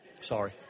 Sorry